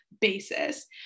basis